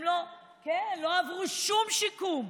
הם לא עברו שום שיקום,